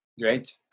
great